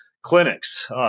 clinics